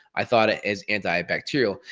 i thought it as anti-bacterial.